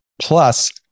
Plus